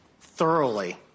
thoroughly